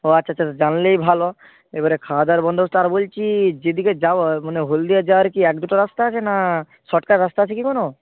ও আচ্ছা আচ্ছা জানলেই ভালো এবারে খাওয়া দাওয়ার বন্দোবস্ত আর বলছি যেদিকে যাব মানে হলদিয়া যাওয়ার কি এক দুটো রাস্তা আছে না শর্টকাট রাস্তা আছে কি কোনো